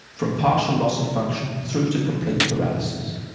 from partial loss of function through to complete paralysis.